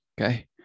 Okay